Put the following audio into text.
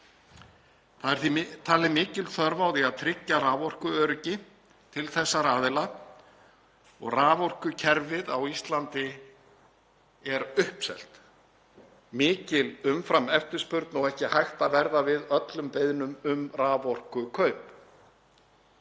talin mikil þörf á því að tryggja raforkuöryggi til þessara aðila. Raforkukerfið á Íslandi er uppselt, mikil umframeftirspurn og ekki er hægt að verða við öllum beiðnum um raforkukaup.